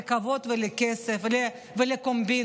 לכבוד, לכסף ולקומבינות.